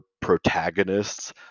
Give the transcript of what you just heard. protagonists